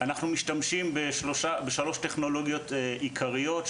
אנחנו משתמשים בשלוש טכנולוגיות עיקריות,